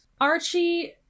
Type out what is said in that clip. Archie